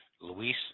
Luis